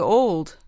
old